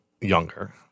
younger